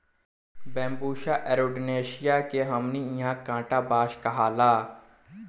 Bambusa arundinacea के हमनी इन्हा कांटा बांस कहाला